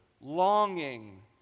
longing